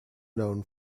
known